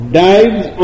dives